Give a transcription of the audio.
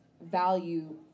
value